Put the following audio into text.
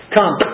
Come